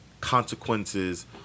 Consequences